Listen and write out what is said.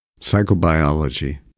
Psychobiology